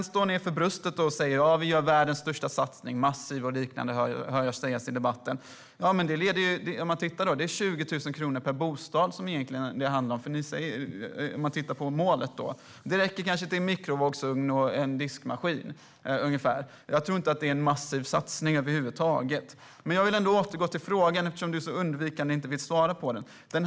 Ni slår er för bröstet och säger: Vi gör världens största satsning! Jag hör ord som "massiv" och liknande sägas i debatten. Om man tittar på målet ser man att det egentligen är 20 000 kronor per bostad som det handlar om. Det räcker kanske till en mikrovågsugn och en diskmaskin, ungefär. Jag tycker inte att det är en massiv satsning över huvud taget. Jag vill återgå till frågan, eftersom du är så undvikande och inte vill svara på den.